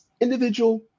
individual